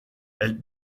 elle